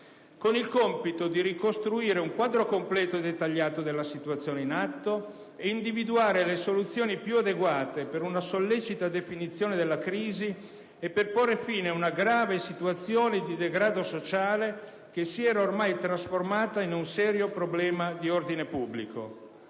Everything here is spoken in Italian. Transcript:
con il compito di ricostruire il quadro completo e dettagliato della situazione in atto e individuare le soluzioni più adeguate per una sollecita definizione della crisi e per porre fine ad una grave situazione di degrado sociale, che si era ormai trasformata in un serio problema di ordine pubblico.